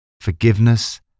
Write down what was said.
forgiveness